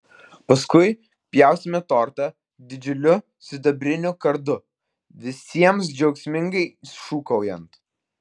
paskui pjaustėme tortą didžiuliu sidabriniu kardu visiems džiaugsmingai šūkaujant